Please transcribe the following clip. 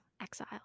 Exile